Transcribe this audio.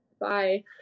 Bye